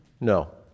No